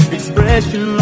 Expression